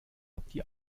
die